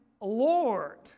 Lord